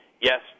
yes